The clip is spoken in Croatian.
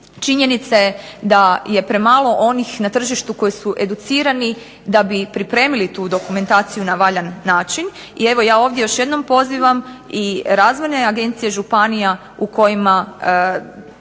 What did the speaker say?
Činjenica je da je premalo onih na tržištu koji su educirani da bi pripremili tu dokumentaciju na valjan način. I evo ja ovdje još jednom pozivam i razvojne agencije županija u kojima